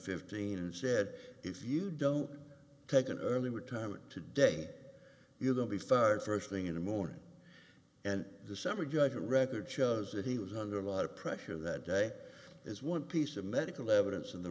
fifteen and said if you don't take an early retirement today you don't be fired first thing in the morning and the summary judgment record shows that he was under a lot of pressure that day as one piece of medical evidence in the